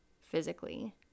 physically